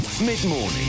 Mid-morning